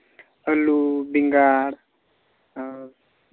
ᱟᱹᱞᱩ ᱵᱮᱸᱜᱟᱲ ᱟᱨ